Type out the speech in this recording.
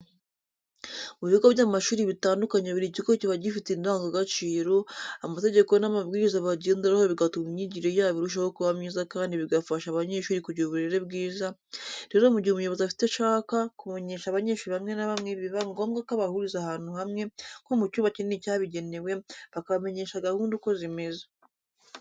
Mu bigo by'amashuri bitandukanye buri kigo kiba gifite indangagaciro, amategeko n'amabwiriza bagenderaho bigatuma imyigire yabo irushaho kuba myiza kandi bigafasha abanyeshuri kugira uburere bwiza, rero mu gihe umuyobozi afite icyo ashaka kumenyesha abanyeshuri bamwe na bamwe biba ngombwa ko abahuriza ahantu hamwe nko mu cyumba kinini cyabigenewe bakabamenyesha gahunda uko zimeze.